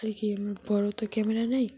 আর কি আমার বড়ো তো ক্যামেরা নেই